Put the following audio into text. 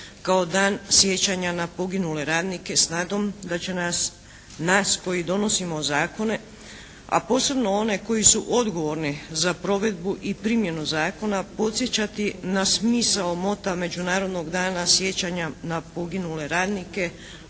kao dan sjećanja na poginule radnike s nadom da će nas, nas koji donosimo zakone, a posebno one koji su odgovorni za provedbu i primjenu zakona podsjećati na smisao mota Međunarodnog dana sjećanja na poginule radnike,